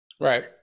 Right